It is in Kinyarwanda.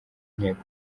inteko